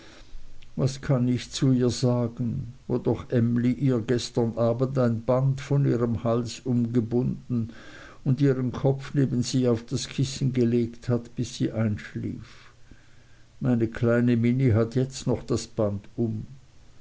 was kann ich zu ihr sagen wo doch emly ihr gestern abends ein band von ihrem hals umgebunden und ihren kopf neben sie auf das kissen gelegt hat bis sie einschlief meine kleine minnie hat jetzt noch das band um